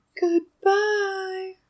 Goodbye